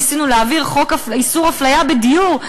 ניסינו להעביר חוק איסור הפליה בדיור.